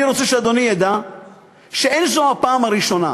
אני רוצה שאדוני ידע שאין זו הפעם הראשונה.